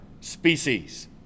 species